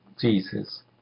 Jesus